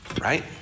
Right